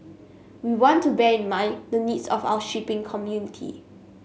we want to bear in mind the needs of our shipping community